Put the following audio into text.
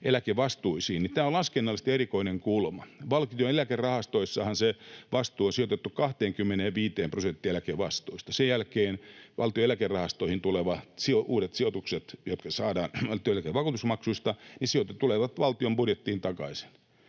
tämä on laskennallisesti erikoinen kulma. Valtion eläkerahastoissahan se vastuu on sijoitettu 25 prosenttiin eläkevastuista. Sen jälkeen valtion eläkerahastoihin tulevat uudet sijoitukset, jotka saadaan työeläkevakuutusmaksuista, tulevat valtion budjettiin takaisin.